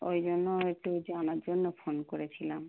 ওই জন্য একটু জানার জন্য ফোন করেছিলাম